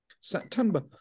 September